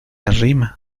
arrima